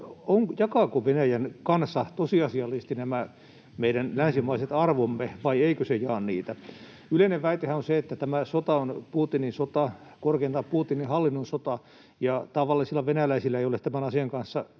tätä, jakaako Venäjän kansa tosiasiallisesti nämä meidän länsimaiset arvomme vai eikö se jaa niitä. Yleinen väitehän on se, että tämä sota on Putinin sota, korkeintaan Putinin hallinnon sota ja tavallisilla venäläisillä ei ole tämän asian kanssa